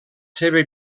seva